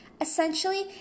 Essentially